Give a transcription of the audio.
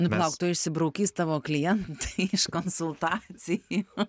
nu palauk tuoj išsibraukys tavo klijentai iš konsultacijų